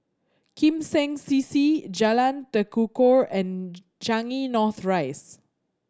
Lim Seng C C Jalan Tekukor and Changi North Rise